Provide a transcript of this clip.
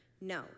No